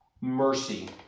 mercy